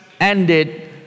ended